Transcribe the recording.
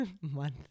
month